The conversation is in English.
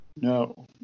No